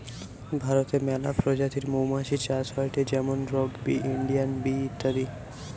ভারতে মেলা প্রজাতির মৌমাছি চাষ হয়টে যেমন রক বি, ইন্ডিয়ান বি ইত্যাদি